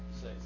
say